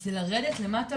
זה לרדת למטה,